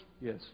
Yes